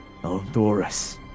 Eldorus